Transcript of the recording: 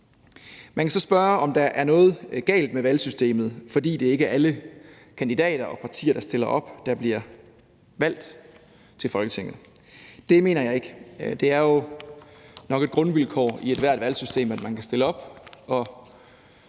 Man kan så spørge, om der er noget galt med valgsystemet, fordi det ikke er alle kandidater og partier, der stiller op, der bliver valgt til Folketinget. Det mener jeg ikke. Det er jo nok et grundvilkår i ethvert valgsystem, at man kan stille op og